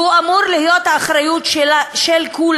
והוא אמור להיות אחריות של כולם.